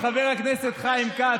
עם חבר הכנסת חיים כץ,